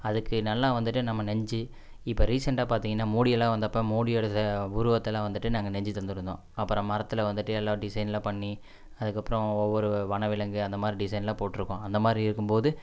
அதுக்கு நல்லா வந்துகிட்டு நம்ம நெஞ்சு இப்போ ரீசெண்டாக பார்த்தீங்கன்னா மோடியெல்லாம் வந்தப்போ மோடியோடய உருவத்தெல்லாம் வந்துகிட்டு நாங்கள் நெஞ்சு தந்துருந்தோம் அப்புறம் மரத்தில் வந்துகிட்டு எல்லா டிசைனெலாம் பண்ணி அதுக்கப்புறோம் ஒவ்வொரு வனவிலங்கு அந்த மாதிரி டிசைனெலாம் போட்டுருக்கோம் அந்த மாதிரி இருக்கும் போது